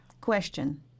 question